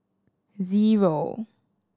zero